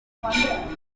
bibayeho